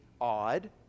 odd